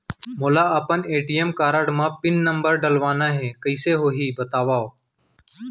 मोला अपन ATM card म पिन नंबर डलवाना हे कइसे होही बतावव?